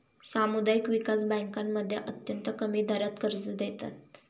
सामुदायिक विकास बँकांमध्ये अत्यंत कमी दरात कर्ज देतात